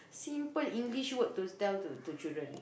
simple English word to tell to children